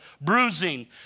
bruising